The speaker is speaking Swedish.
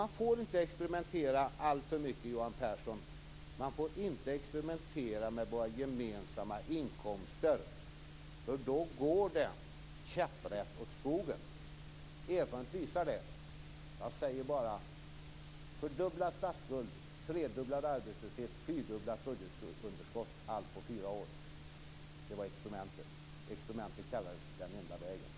Man får inte experimentera alltför mycket, Johan Pehrson. Man får inte experimentera med våra gemensamma inkomster. Då går det käpprätt åt skogen. Erfarenheten visar det. Jag säger bara: Fördubblad statsskuld. Tredubblad arbetslöshet. Fyrdubblat budgetunderskott. Allt detta skedde på fyra år. Det var experimentet. Experimentet kallades den enda vägen.